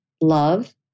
love